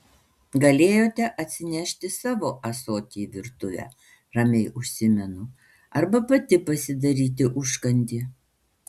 galėjote atsinešti savo ąsotį į virtuvę ramiai užsimenu arba pati pasidaryti užkandį